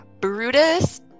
Brutus